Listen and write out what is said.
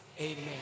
Amen